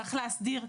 צריך להסדיר,